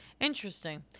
Interesting